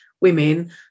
women